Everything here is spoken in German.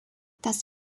das